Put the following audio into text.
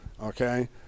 Okay